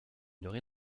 durée